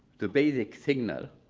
the basic signal,